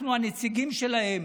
אנחנו, הנציגים שלהם,